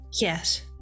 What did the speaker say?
Yes